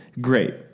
Great